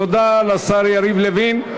תודה לשר יריב לוין.